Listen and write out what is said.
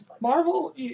Marvel